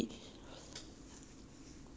啊对啊痛几次你就会了 lor